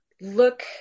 look